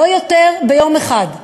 לא יותר ביום אחד,